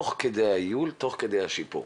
תוך כדי הייעול והשיפור,